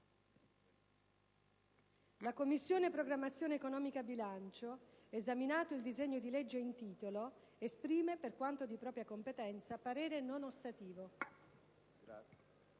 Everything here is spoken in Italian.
La Commissione programmazione economica, bilancio, esaminato il disegno di legge in titolo, esprime, per quanto di propria competenza, parere non ostativo». «La